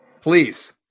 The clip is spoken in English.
Please